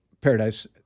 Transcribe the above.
Paradise